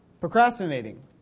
Procrastinating